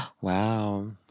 Wow